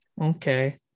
Okay